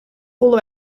holle